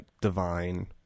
divine